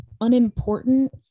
unimportant